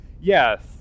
Yes